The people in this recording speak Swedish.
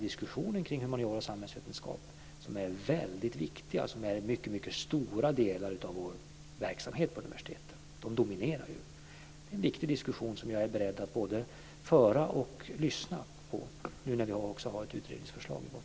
Diskussionen kring humaniora och samhällsvetenskap, som är väldigt viktig därför att den gäller mycket stora delar av vår verksamhet på universiteten - de dominerar - är en viktig diskussion som jag är beredd att både föra och lyssna på, nu när vi också har ett utredningsförslag i botten.